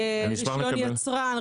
רישיון יצרן,